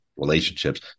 Relationships